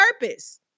purpose